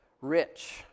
rich